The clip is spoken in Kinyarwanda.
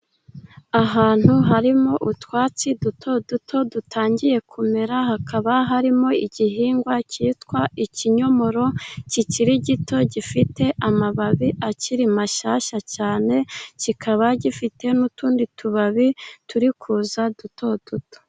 Ahantu harimo utwatsi duto duto dutangiye kumera. Hakaba harimo igihingwa cyitwa ikinyomoro kikiri gito gifite amababi akiri mashyashya cyane, kikaba gifite n'utundi tubabi turi kuza duto duto.